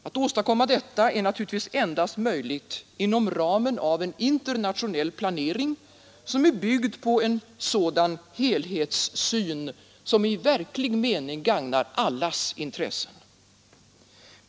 Att åstadkomma detta är naturligtvis endast möjligt inom ramen av en internationell planering, byggd på en sådan helhetssyn som i verklig mening gagnar allas intressen.